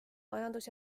majandus